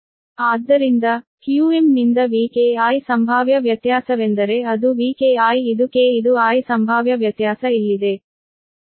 Vkiqmqm2π0ln ಆದ್ದರಿಂದ qm ನಿಂದ Vki ಸಂಭಾವ್ಯ ವ್ಯತ್ಯಾಸವೆಂದರೆ ಅದು Vki ಇದು k ಇದು i ಸಂಭಾವ್ಯ ವ್ಯತ್ಯಾಸ ಇಲ್ಲಿದೆ